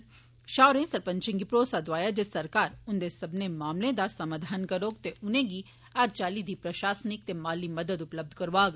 षाह होरें सरपंचें गी भरोसा दोआया जे सरकार उंदे सब्बने मामलें दा बी समाधान करोग ते उनेंगी हर चाल्ली दी प्रषासनिक ते माली मदद उपलब्ध करोआग